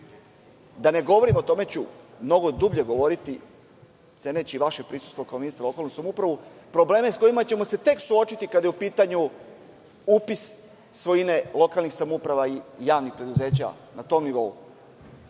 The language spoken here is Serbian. da ne govorim o, o tome ću mnogo dublje govoriti, ceneći i vaše prisustvo kao ministra za lokalnu samoupravu, problemima sa kojima ćemo se tek suočiti kada je u pitanju upis svojine lokalnih samouprava i javnih preduzeća na tom nivou,